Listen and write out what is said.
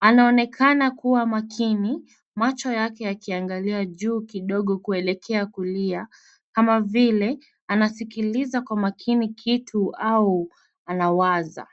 Anaonekana kuwa makini macho yake yakiangalia juu kidogo kuelekea kulia kama vile anasikiliza kwa makini kitu au anawaza.